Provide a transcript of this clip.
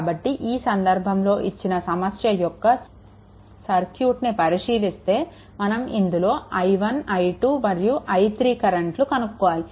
కాబట్టి ఈ సందర్భంలో ఇచ్చిన సమస్య యొక్క సర్క్యూట్ని పరిశీలిస్తే మనం ఇందులో i1 i2 మరియు i3 కరెంట్లను కనుక్కోవాలి